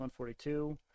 142